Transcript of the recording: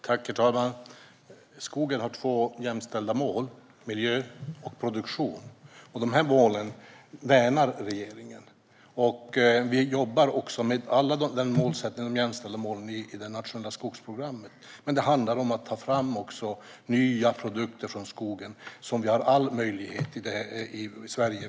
Herr talman! Skogen har två jämställda mål: miljö och produktion. Dessa mål värnar regeringen. Vi jobbar också med dessa jämställda mål i det nationella skogsprogrammet. Det handlar också om att ta fram nya produkter från skogen, vilket vi har all möjlighet till i Sverige.